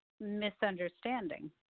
misunderstanding